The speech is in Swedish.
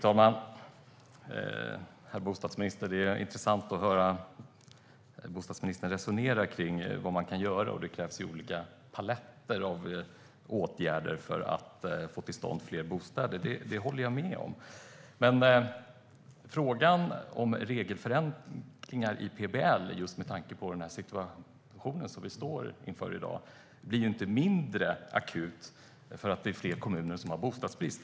Fru talman! Det är intressant att höra bostadsministern resonera kring vad man kan göra. Att det krävs olika paletter av åtgärder för att få till stånd fler bostäder håller jag med om. Just med tanke på den situation vi står inför i dag blir dock inte frågan om regelförenklingar i PBL mindre akut bara för att det är fler kommuner som har bostadsbrist.